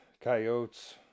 Coyotes